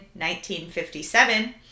1957